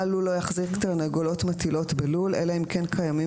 בעל לול לא יחזיק תרנגולות מטילות בלול אלא אם כן קיימים